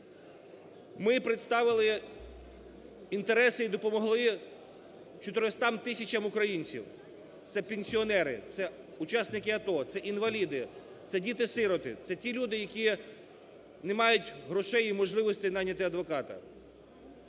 Ми представили інтереси і допомогли 400 тисячам українців, це пенсіонери, це учасники АТО, це інваліди, це діти-сироти, це ті люди, які не мають грошей і можливостей найняти адвоката.